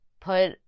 put